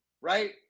right